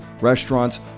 restaurants